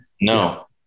No